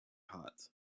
hot